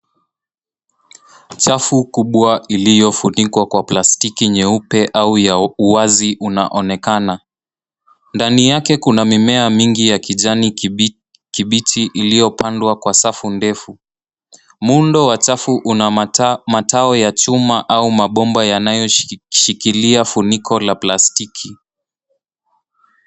Chafu kubwa iliyofunikwa kwa plastiki nyeupe au ya uwazi unaonekana. Ndani yake kuna mimea mingi ya kijani kibichi iliyopandwa kwa safu ndefu. Muundo wa chafu una matao ya chuma au mabomba yanayoshikilia funiko la plastiki.